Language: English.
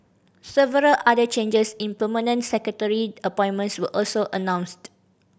several other changes in permanent secretary appointments were also announced